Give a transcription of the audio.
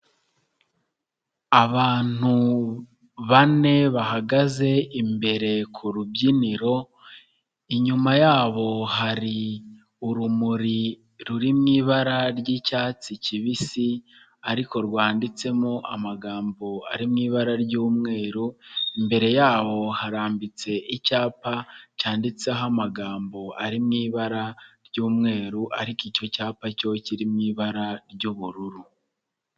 Abantu bane bahagaze imbere ku rubyiniro, inyuma yabo hari urumuri ruri mu ibara ry'icyatsi kibisi ariko rwanditsemo amagambo ari mu ibara ry'umweru, imbere yabo harambitse icyapa cyanditseho amagambo ari mu ibara ry'umweru ariko icyo cyapa cyo kiri mu ibara ry'ubururu.